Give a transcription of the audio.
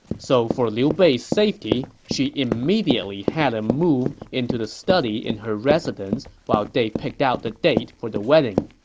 so for liu bei's safety, she immediately had him move into the study in her residence while they picked out the date for the wedding.